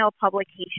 publication